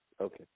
okay